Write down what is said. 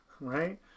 right